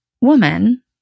woman